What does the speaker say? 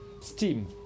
steam